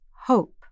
hope